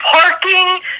parking